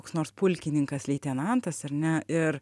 koks nors pulkininkas leitenantas ar ne ir